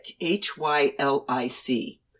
H-Y-L-I-C